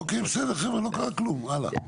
אוקיי בסדר חבר'ה, לא קרה כלום, הלאה.